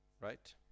right